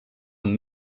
amb